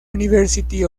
university